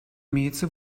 имеется